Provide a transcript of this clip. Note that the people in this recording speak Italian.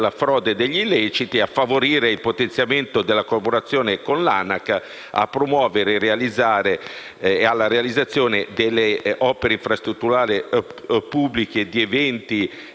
frode e degli illeciti a favorire il potenziamento della collaborazione con l'ANAC, a promuovere, in relazione alla realizzazione di infrastrutture pubbliche e di eventi,